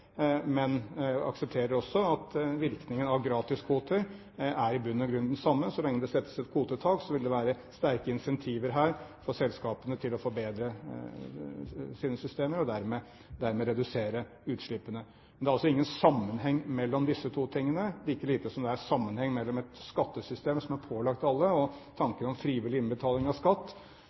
men aksepterer også at virkningen av gratiskvoter i bunn og grunn er den samme. Så lenge det settes et kvotetak, vil det være sterke incentiver her for selskapene til å forbedre sine systemer og dermed redusere utslippene. Men det er altså ingen sammenheng mellom disse to tingene, like lite som det er sammenheng mellom et skattesystem som er pålagt alle, og tanken om frivillig innbetaling av skatt.